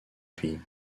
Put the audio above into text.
pays